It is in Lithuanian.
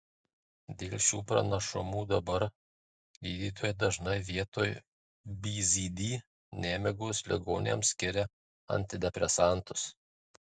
dėl šių pranašumų dabar gydytojai dažnai vietoj bzd nemigos ligoniams skiria antidepresantus